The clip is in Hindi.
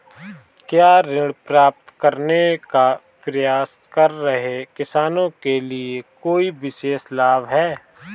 क्या ऋण प्राप्त करने का प्रयास कर रहे किसानों के लिए कोई विशेष लाभ हैं?